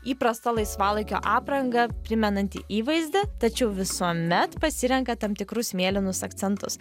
įprastą laisvalaikio aprangą primenanti įvaizdį tačiau visuomet pasirenka tam tikrus mėlynus akcentus